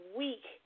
week